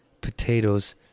potatoes